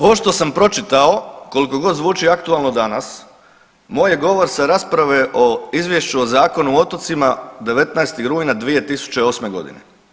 Ovo što sam pročitao koliko god zvuči aktualno danas moj je govor sa rasprave o Izvješću o Zakonu o otocima 19. rujna 2008. godine.